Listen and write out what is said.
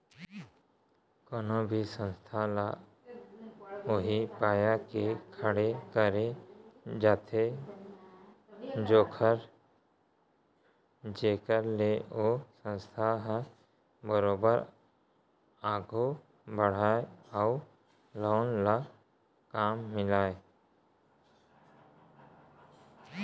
कोनो भी संस्था ल उही पाय के खड़े करे जाथे जेखर ले ओ संस्था ह बरोबर आघू बड़हय अउ लोगन ल काम मिलय